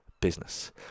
business